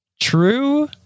True